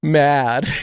mad